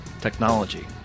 technology